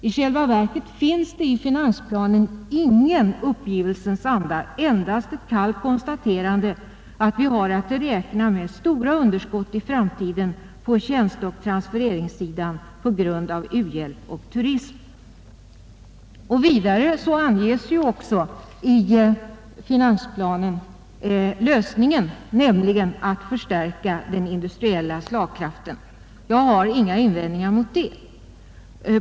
I själva verket finns det i finansplanen ingen uppgivelsens anda — endast ett kallt konstaterande att vi har att räkna med stora underskott i framtiden på tjänsteoch transfereringssidan på grund av u-hjälp och turism. Vidare anges lösningen i finansplanen: ett förstärkande av den industriella slagkraften. Jag har inga invändningar mot detta.